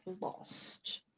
lost